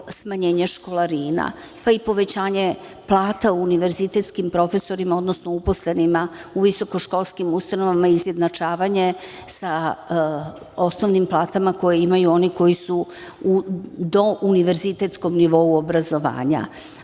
smanjenje školarina, pa i povećanje plata univerzitetskim profesorima, odnosno uposlenima u visokoškolskim ustanovama, izjednačavanje sa osnovnim platama koje imaju oni koji su u douniverzitetskom nivou obrazovanja,